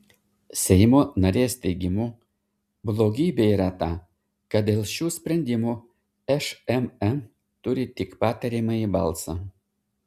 seimo narės teigimu blogybė yra ta kad dėl šių sprendimų šmm turi tik patariamąjį balsą